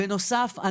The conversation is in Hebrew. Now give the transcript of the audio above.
בנוסף,